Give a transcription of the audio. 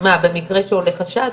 מה במקרה שעולה חשד?